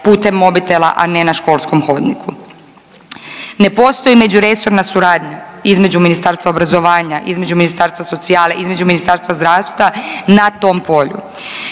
putem mobitela a ne na školskom hodniku. Ne postoji međuresorna suradnja između Ministarstva obrazovanja, između Ministarstva socijale, između Ministarstva zdravstva na tom polju.